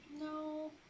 No